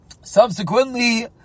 subsequently